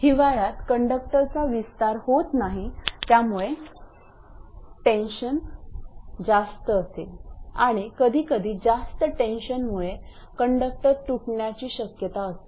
हिवाळ्यात कंडक्टरचा विस्तार होत नाही त्यामुळे टेन्शन जास्त असेल आणि कधीकधी जास्त टेन्शनमुळे कंडक्टर तुटण्याची शक्यता असते